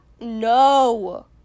No